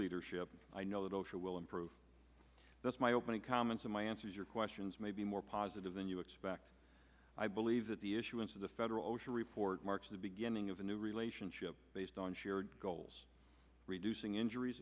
leadership and i know that osha will improve that's my opening comments and my answers your questions may be more positive than you expect i believe that the issuance of the federal osha report marks the beginning of a new relationship based on shared goals reducing injuries